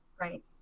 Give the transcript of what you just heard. Right